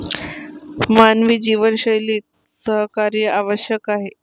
मानवी जीवनशैलीत सहकार्य आवश्यक आहे